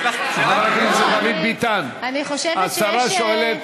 חבר הכנסת דוד ביטן, השרה שואלת,